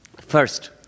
First